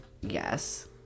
Yes